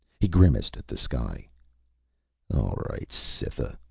he grimaced at the sky. all all right, cytha,